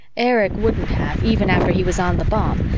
erich wouldn't have, even after he was on the bomb,